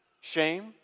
Shame